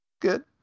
good